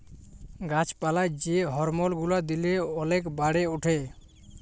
গাছ পালায় যে হরমল গুলা দিলে গাছ ওলেক বাড়ে উঠে